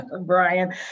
Brian